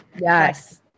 Yes